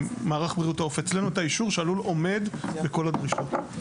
מערך בריאות העוף אצלנו את האישור שהלול עומד בכל הדרישות.